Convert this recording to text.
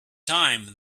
time